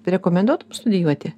rekomenduotum studijuoti